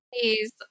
Please